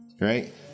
Right